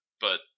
but-